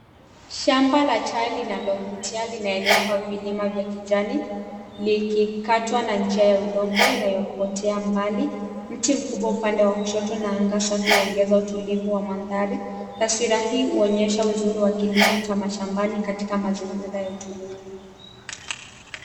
Shamba la chai linalovutia linaenea kwa vilima vya kijani likikatwa kwa njia ya udongo inayopotea mbali. Mti mkubwa upande wa kushoto na anga safi huongeza utulivu wa mandhari. Taswira hii huonyesha uzuri wa kilimo cha mashambani katika mazingira ya utulivu.